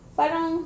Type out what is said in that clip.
parang